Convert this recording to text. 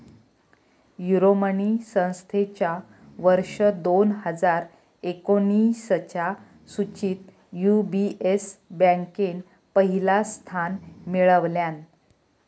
Euromoney संस्थेच्या वर्ष दोन हजार एकोणीसच्या सुचीत यू.बी.एस बँकेन पहिला स्थान मिळवल्यान